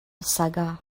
saga